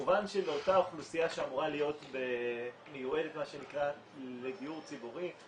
כמובן שלאותה אוכלוסייה שאמורה להיות מיועדת מה שנקרא לדיור ציבורי,